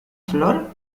flor